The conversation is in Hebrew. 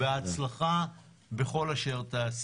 בהצלחה בכל אשר תעשה.